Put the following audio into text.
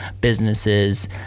businesses